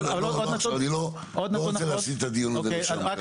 אבל אני לא רוצה להסיט את הדיון הזה לשם.